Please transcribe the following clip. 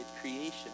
creation